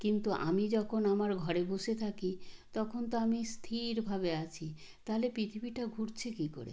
কিন্তু আমি যখন আমার ঘরে বসে থাকি তখন তো আমি স্থিরভাবে আছি তাহলে পৃথিবীটা ঘুরছে কী করে